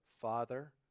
Father